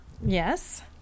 Yes